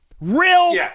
Real